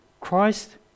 Christ